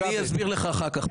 אני אסביר לך אחר כך.